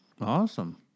Awesome